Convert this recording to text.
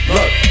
Look